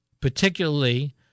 particularly